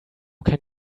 can